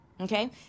Okay